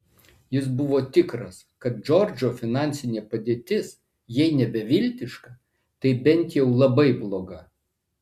jis buvo tikras kad džordžo finansinė padėtis jei ne beviltiška tai bent jau labai bloga